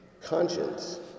Conscience